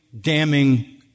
damning